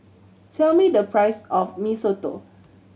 tell me the price of Mee Soto